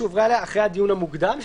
שהובאה אליה אחרי הדיון המוקדם,